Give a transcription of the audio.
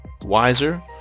wiser